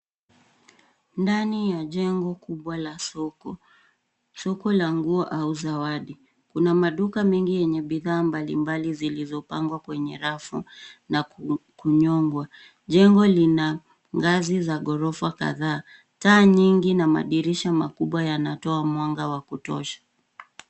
Ndani ya jengo kubwa la soko .Soko la nguo au zawadi. Kuna maduka mingi yenye bidhaa mbalimbali zilizopangwa kwenye rafu na kunyongwa. Jengo lina ngazi za ghorofa kadhaa. Taa nyingi na madirisha makubwa yanatoa mwanga wa kutosha.